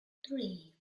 three